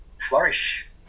flourish